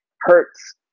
hurts